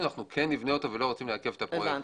אנחנו נבנה אותו ולא רוצים לעכב את הפרויקט.